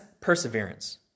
perseverance